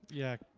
yeah,